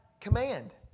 command